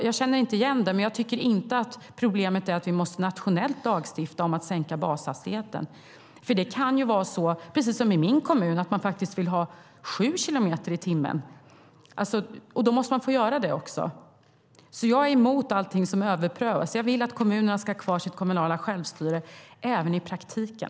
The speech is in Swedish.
Jag känner inte igen detta, men jag tycker inte att vi måste lagstifta nationellt om att sänka bashastigheten. Det kan ju vara så, precis som i min kommun, att man vill ha 7 kilometer i timmen. Då måste man få ha det. Jag är emot allting som överprövas. Jag vill att kommunerna ska ha kvar sitt kommunala självstyre även i praktiken.